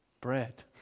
Bread